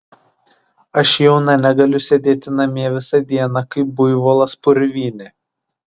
aš jauna negaliu sėdėti namie visą dieną kaip buivolas purvyne